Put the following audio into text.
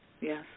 Yes